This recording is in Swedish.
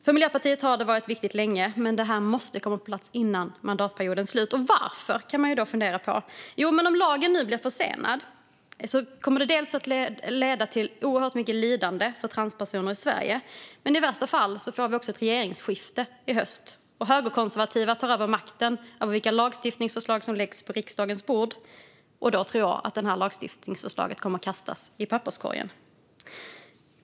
För Miljöpartiet har det varit viktigt länge, men det här måste komma på plats före mandatperiodens slut. Varför? Jo, om lagen nu blir försenad kommer det att leda till oerhört mycket lidande för transpersoner i Sverige. I värsta fall får vi också ett regeringsskifte i höst då högerkonservativa tar över makten över vilka lagstiftningsförslag som läggs på riksdagens bord. Då tror jag att detta lagstiftningsförslag kommer att kastas i papperskorgen.